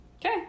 Okay